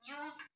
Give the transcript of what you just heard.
use